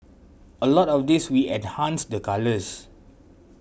a lot of this we enhanced the colours